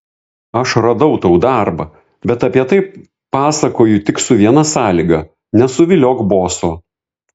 aš radau tau darbą bet apie tai pasakoju tik su viena sąlyga nesuviliok boso